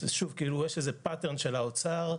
כאילו יש איזה תפיסה של האוצר,